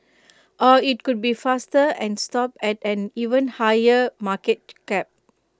or IT could be faster and stop at an even higher market cap